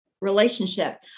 relationship